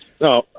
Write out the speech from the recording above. No